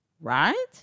Right